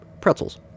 pretzels